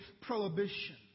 prohibition